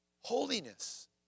Holiness